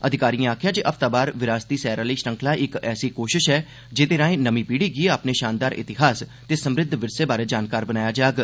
अधिकारिएं आखेआ जे हफ्तावार विरासती सैर आहली श्रृंख्ला इक ऐसी कोश ऐ जेहदे राएं नर्मी पीढी गी अपने शानदार इतिहास ते समृद्ध विरसे बारै जानकार बनाया जाग